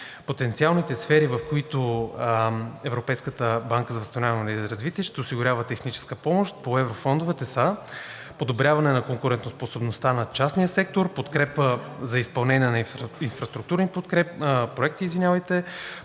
Потенциалните сфери, в които Европейската банка за възстановяване и развитие ще осигурява техническа помощ по еврофондовете, са: подобряване на конкурентоспособността на частния сектор, подкрепа за изпълнение на инфраструктурни проекти, подкрепа